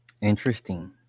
Interesting